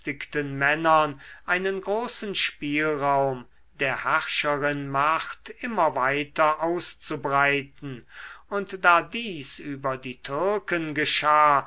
männern einen großen spielraum der herrscherin macht immer weiter auszubreiten und da dies über die türken geschah